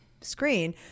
screen